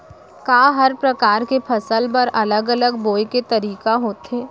का हर प्रकार के फसल बर अलग अलग बोये के तरीका होथे?